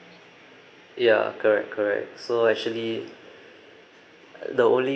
ya correct correct so actually the only